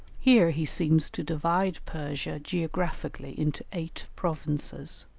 here he seems to divide persia geographically into eight provinces.